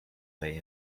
lay